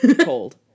Cold